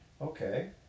Okay